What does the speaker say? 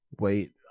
Wait